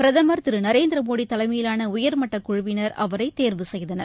பிரதமர் திரு நரேந்திர மோடி தலைமையிலான உயர்மட்டக்குழுவினர் அவரை தேர்வு செய்தனர்